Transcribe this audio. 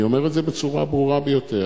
אני אומר את זה בצורה הברורה ביותר.